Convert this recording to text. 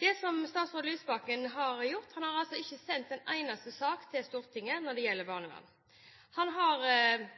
Det statsråd Lysbakken har gjort: Han har altså ikke sendt en eneste sak til Stortinget når det gjelder barnevern. Han har,